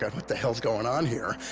what the hell is going on here?